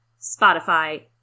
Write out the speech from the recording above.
Spotify